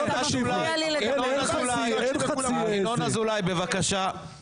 ינון אזולאי, בבקשה.